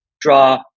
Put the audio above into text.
draw